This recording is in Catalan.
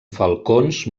falcons